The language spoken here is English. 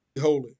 holy